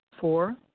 Four